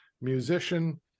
musician